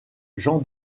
jean